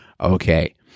Okay